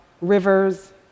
rivers